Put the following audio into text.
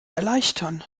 erleichtern